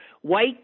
white